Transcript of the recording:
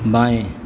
बाएँ